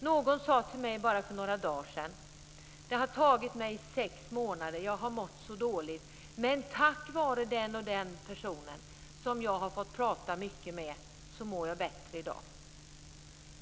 Någon sade till mig bara för några dagar sedan: Det har tagit mig sex månader. Jag har mått så dåligt. Men tack vare den person som jag har fått prata mycket med mår jag bättre i dag.